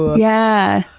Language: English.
yeah.